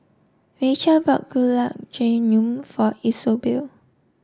Rachel bought Gulab Jamun for Isobel